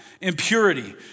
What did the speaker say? impurity